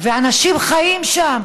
ואנשים חיים שם,